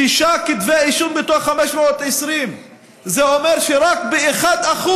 שישה כתבי אישום מתוך 520. זה אומר שרק ב-1%